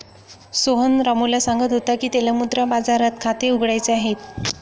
सोहन रामूला सांगत होता की त्याला मुद्रा बाजारात खाते उघडायचे आहे